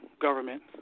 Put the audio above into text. government